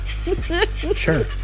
Sure